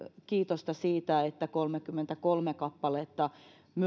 kiitosta siitä että kolmekymmentäkolme kappaletta